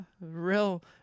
real